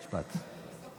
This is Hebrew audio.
משפט.